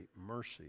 mercy